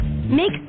Make